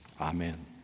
Amen